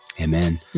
Amen